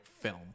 film